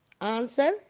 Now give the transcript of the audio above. Answer